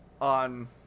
on